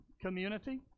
community